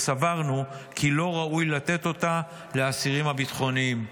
וסברנו כי לא ראוי לתת אותה לאסירים הביטחוניים.